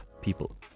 people